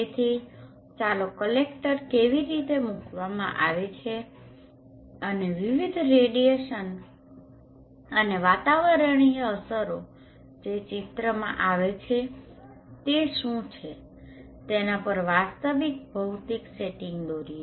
તેથી ચાલો કલેક્ટર કેવી રીતે મૂકવામાં આવે છે અને વિવિધ રેડીયેશનradiationકિરણોત્સર્ગ અને વાતાવરણીય અસરો જે ચિત્રમાં આવે છે તે શુ છે તેના પર વાસ્તવિક ભૌતિક સેટિંગ દોરીએ